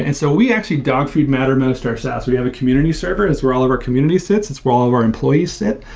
and so we actually dog foot mattermost ourselves. we have a community server. it's where all of our community sits. it's where all of our employees sit.